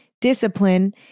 discipline